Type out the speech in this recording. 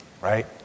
Right